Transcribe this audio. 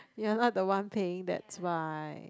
you're not the one paying that's why